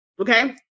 Okay